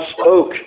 spoke